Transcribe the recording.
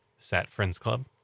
satfriendsclub